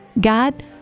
God